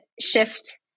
shift